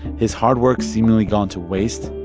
his hard work seemingly gone to waste,